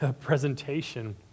presentation